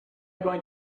going